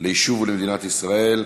ליישוב ולמדינת ישראל,